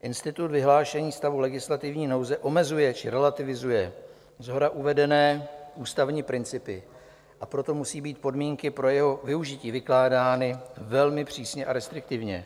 Institut vyhlášení stavu legislativní nouze omezuje či relativizuje shora uvedené ústavní principy, a proto musí být podmínky pro jeho využití vykládány velmi přísně a restriktivně.